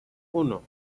uno